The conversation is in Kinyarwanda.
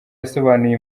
yasobanuye